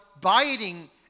biting